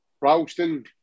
Ralston